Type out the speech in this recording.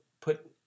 put